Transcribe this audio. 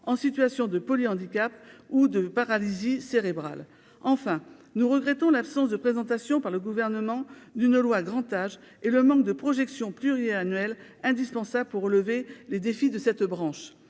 en situation de polyhandicap ou de paralysie cérébrale enfin nous regrettons l'absence de présentation par le gouvernement d'une loi grand âge et le manque de projection pluriannuelle indispensable pour relever les défis de cette branche,